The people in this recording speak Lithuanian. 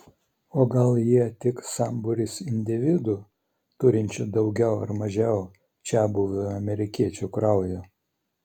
o gal jie tik sambūris individų turinčių daugiau ar mažiau čiabuvių amerikiečių kraujo